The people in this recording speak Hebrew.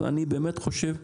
אני באמת חושב,